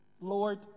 Lord